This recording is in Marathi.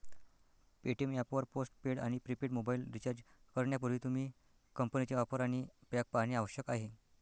पेटीएम ऍप वर पोस्ट पेड आणि प्रीपेड मोबाइल रिचार्ज करण्यापूर्वी, तुम्ही कंपनीच्या ऑफर आणि पॅक पाहणे आवश्यक आहे